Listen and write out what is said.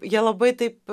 jie labai taip